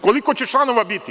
Koliko će članova biti?